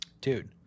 Dude